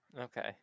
Okay